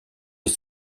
les